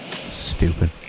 Stupid